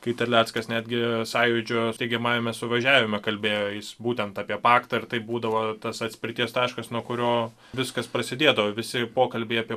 kai terleckas netgi sąjūdžio steigiamajame suvažiavime kalbėjo jis būtent apie paktą ir tai būdavo tas atspirties taškas nuo kurio viskas prasidėdavo visi pokalbiai apie